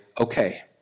okay